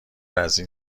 ازاین